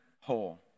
whole